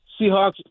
Seahawks